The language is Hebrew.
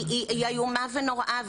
היא איומה ונוראה,